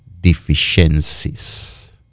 deficiencies